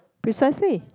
precisely